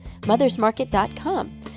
mothersmarket.com